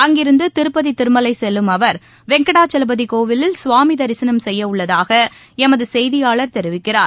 அங்கிருந்து திருப்பதி திருமலை செல்லும் அவர் வெங்கடாஜவபதி கோவிலில் சுவாமி தரிசனம் செய்ய உள்ளதாக எமது செய்தியாளர் தெரிவிக்கிறார்